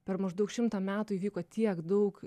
per maždaug šimtą metų įvyko tiek daug